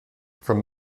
from